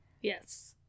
Yes